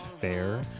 fair